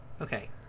Okay